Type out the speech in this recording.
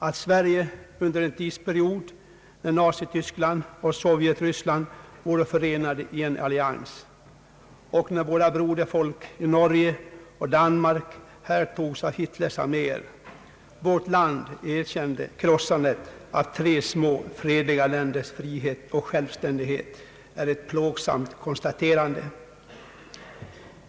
Att Sverige — under en tidsperiod då Nazityskland och Sovjetryssland var förenade i en allians och när våra broderfolk i Norge och Danmark härtogs av Hitlers arméer — erkände krossandet av tre små fredliga länders frihet och självständighet är plågsamt att konstatera.